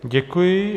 Děkuji.